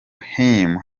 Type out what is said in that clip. him